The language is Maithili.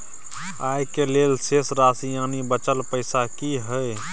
आय के लेल शेष राशि यानि बचल पैसा की हय?